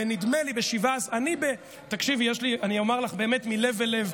אני אומר לך באמת מלב אל לב,